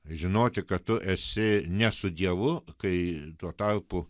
žinoti kad tu esi ne su dievu kai tuo tarpu